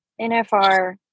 NFR